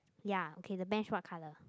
ya okay the bench what color